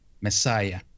Messiah